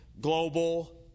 global